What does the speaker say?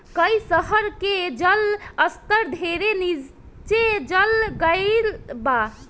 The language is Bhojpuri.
कई शहर के जल स्तर ढेरे नीचे चल गईल बा